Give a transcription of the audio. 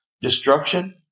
destruction